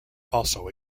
also